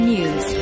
News